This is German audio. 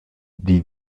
die